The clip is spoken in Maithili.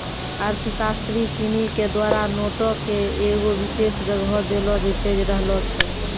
अर्थशास्त्री सिनी के द्वारा नोटो के एगो विशेष जगह देलो जैते रहलो छै